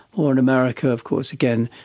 or in america of course, again,